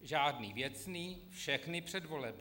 Žádný věcný, všechny předvolební.